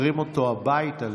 לא,